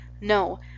No